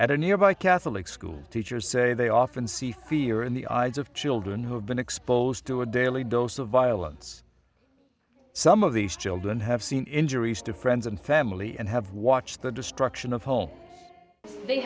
at a nearby catholic school teachers say they often see fear in the eyes of children who have been exposed to a daily dose of violence some of these children have seen injuries to friends and family and have watched the destruction of homes they